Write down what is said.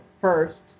first